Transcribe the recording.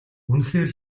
үнэхээр